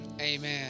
Amen